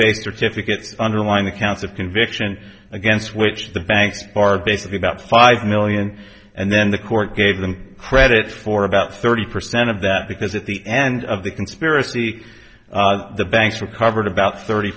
base certificates underlying accounts of conviction against which the banks are basically about five million and then the court gave them credit for about thirty percent of that because at the end of the conspiracy the banks recovered about thirty